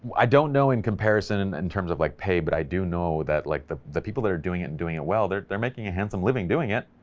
i don't know, in comparison and in terms of like pay, but i do know that like the the people that are doing it and doing it well, they're they're making a handsome living doing it,